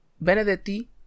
Benedetti